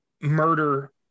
murder